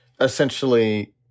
essentially